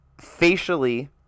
facially